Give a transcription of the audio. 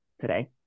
today